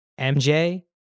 MJ